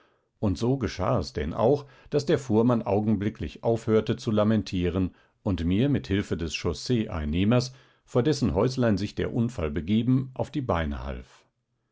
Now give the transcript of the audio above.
und so geschah es denn auch daß der fuhrmann augenblicklich aufhörte zu lamentieren und mir mit hilfe des chausseeeinnehmers vor dessen häuslein sich der unfall begeben auf die beine half